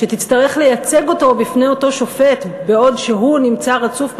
שתצטרך לייצג אותו בפני אותו שופט בעוד שהוא נמצא רצוף בחקירה,